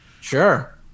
Sure